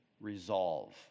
resolve